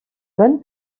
bonnes